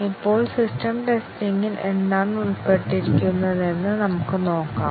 ഇപ്പോൾ സിസ്റ്റം ടെസ്റ്റിംഗിൽ എന്താണ് ഉൾപ്പെട്ടിരിക്കുന്നതെന്ന് നമുക്ക് നോക്കാം